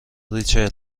ریچل